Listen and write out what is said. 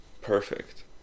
perfect